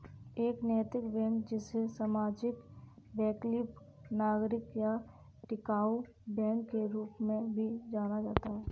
एक नैतिक बैंक जिसे सामाजिक वैकल्पिक नागरिक या टिकाऊ बैंक के रूप में भी जाना जाता है